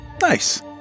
Nice